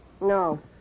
No